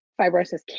fibrosis